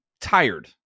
tired